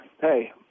hey